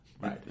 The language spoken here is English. Right